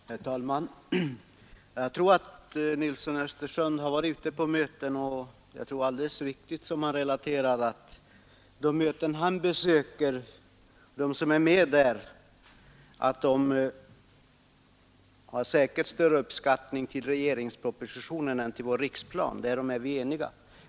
Herr talman! Jag tror att herr Nilsson i Östersund har varit ute på möten. Och det är nog alldeles riktigt, som han relaterar, att de som är med på de möten han besöker uppskattar regeringspropositionen mer än vår riksplan. Därom är vi eniga.